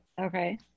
Okay